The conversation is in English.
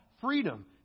freedom